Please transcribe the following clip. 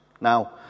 Now